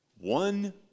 one